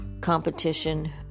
competition